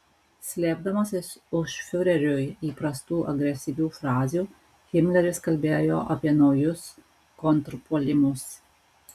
slėpdamasis už fiureriui įprastų agresyvių frazių himleris kalbėjo apie naujus kontrpuolimus